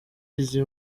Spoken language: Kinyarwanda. izi